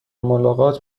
ملاقات